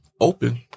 open